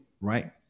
right